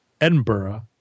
Edinburgh